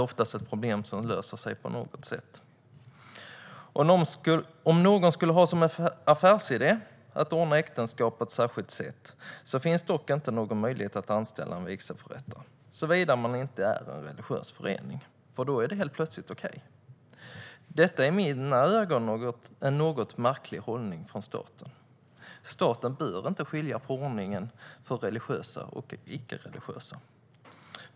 Om någon skulle ha som en affärsidé att ordna vigsel på ett särskilt sätt finns det inte någon möjlighet att anställa en vigselförrättare, såvida man inte är en religiös förening. Då är det helt plötsligt okej. Detta är i mina ögon en något märklig hållning från staten. Staten bör inte skilja på ordningen för religiösa och icke-religiösa föreningar.